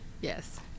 Yes